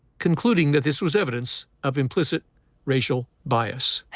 concluding that this was evidence of implicit racial bias.